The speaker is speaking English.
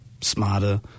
smarter